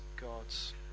God's